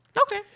Okay